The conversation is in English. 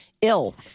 ill